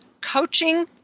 coaching